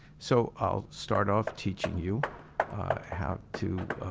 so i'll start off teaching you how to